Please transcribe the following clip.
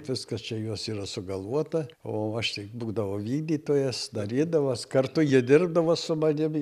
viskas čia jos yra sugalvota o aš tik būdavau vykdytojas darydavos kartu jie dirbdavo su manim